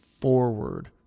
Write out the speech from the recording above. forward